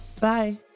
Bye